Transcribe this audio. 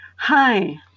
Hi